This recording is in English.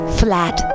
flat